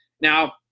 Now